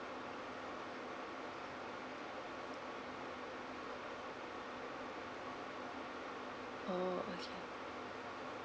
oh okay